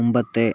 മുമ്പത്തെ